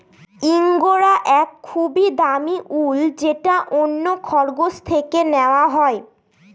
ইঙ্গরা এক খুবই দামি উল যেটা অন্য খরগোশ থেকে নেওয়া হয়